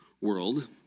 world